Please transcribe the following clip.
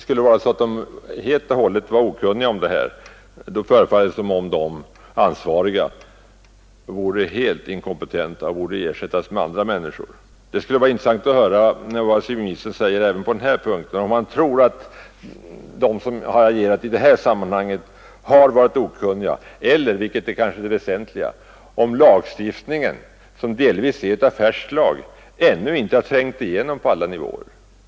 Skulle de vara helt och hållet okunniga om detta, så förefaller det som om de ansvariga vore helt inkompetenta och borde ersättas med andra befattningshavare. Det skulle vara intressant att höra vad civilministern säger även på den här punkten. Tror han att de som har agerat i det här sammanhanget har varit okunniga, eller — vilket kanske är det väsentliga — har lagstiftningen, som delvis är av färskt datum, ännu inte trängt igenom på alla nivåer?